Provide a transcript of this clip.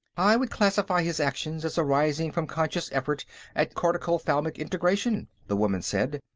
i would classify his actions as arising from conscious effort at cortico-thalamic integration, the woman said,